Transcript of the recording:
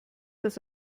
das